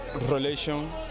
relation